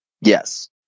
Yes